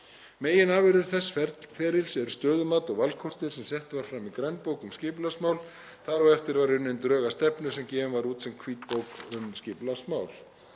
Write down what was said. Meginafurðir þess ferlis eru stöðumat og valkostir sem sett var fram í grænbók um skipulagsmál, þar á eftir var unnin drög að stefnu sem gefin var út sem hvítbók um skipulagsmál.